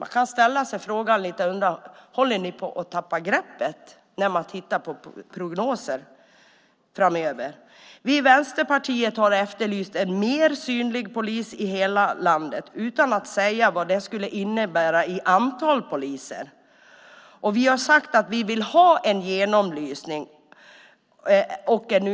Man kan ställa sig frågan: Håller ni på att tappa greppet när det gäller prognoser framöver? Vi från Vänsterpartiet har efterlyst en mer synlig polis i hela landet utan att säga vad det skulle innebära i antal poliser. Vi har sagt att vi vill ha en genomlysning